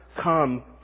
Come